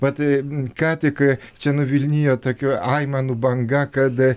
vat ką tik čia nuvilnijo tokių aimanų banga kad